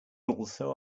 also